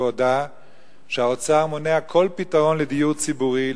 והודה שהאוצר מונע כל פתרון לדיור ציבורי,